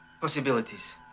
possibilities